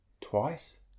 twice